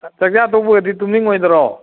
ꯆꯥꯛꯆꯥ ꯇꯣꯛꯄꯒꯗꯤ ꯇꯨꯝꯅꯤꯡꯉꯣꯏꯗ꯭ꯔꯣ